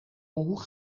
hoe